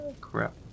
crap